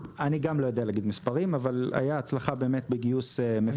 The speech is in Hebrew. אני גם לא יודע להגיד מספרים אבל היתה הצלחה בגיוס מפקחים.